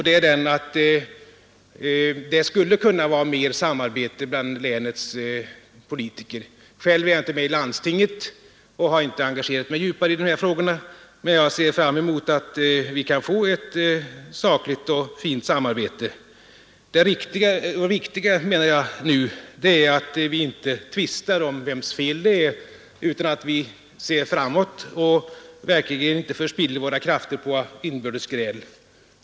Den är att det borde vara mer samarbete bland länets politiker. Själv är jag inte med i landstinget och har inte tidigare engagerat mig djupare i de här frågorna. Men jag ser fram emot att vi kan få ett sakligt och fint samarbete i fortsättningen. Det viktiga är nu, menar jag, att vi inte tvistar om vems fel det är att Skaraborgs län blivit så missgynnat utan att vi ser framåt och verkligen inte förspiller våra krafter på inbördes gräl.